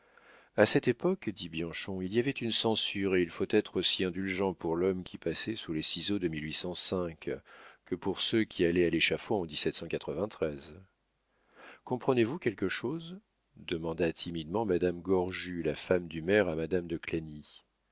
a cette époque dit bianchon il y avait une censure et il faut être aussi indulgent pour l'homme qui passait sous les ciseaux de que pour ceux qui allaient à l'échafaud en comprenez-vous quelque chose demanda timidement madame gorju la femme du maire à madame de